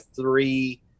three